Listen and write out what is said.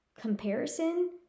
comparison